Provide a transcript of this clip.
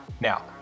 Now